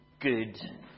good